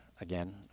again